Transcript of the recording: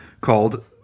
called